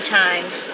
times